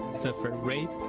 suffer rape,